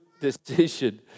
decision